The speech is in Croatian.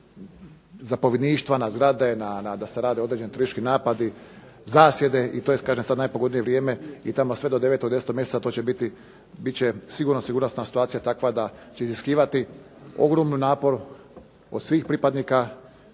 zapovjedništva, na zgrade da se rade određeni teroristički napadi, zasjede, i to je sada kažem najpogodnije vrijeme i tamo sve do 9., 10. mjeseca to će biti sigurnosna situacija takva da će iziskivati ogromni napor od svih pripadnika